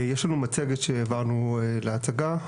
יש לנו מצגת שהעברנו להצגה,